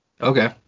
Okay